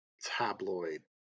tabloid